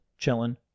Chillin